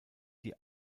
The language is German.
die